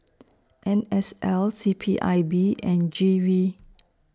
N S L C P I B and G V